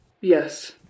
Yes